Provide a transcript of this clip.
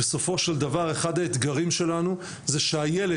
בסופו של דבר אחד האתגרים שלנו זה שהילד,